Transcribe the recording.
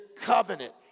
covenant